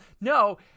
No